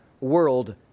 world